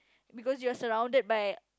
because you are surrounded by